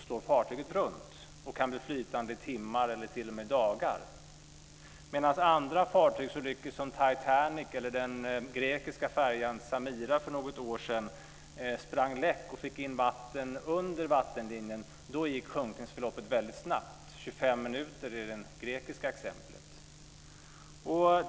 De kan sedan bli flytande i timmar eller t.o.m. i dagar. Vid andra fartygsolyckor, t.ex. Titanic eller den grekiska färjan Express Samina, sprang fartygen läck och fick in vatten under vattenlinjen. Då gick sjunkningsförloppet väldigt snabbt - på 25 minuter i det grekiska exemplet.